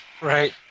right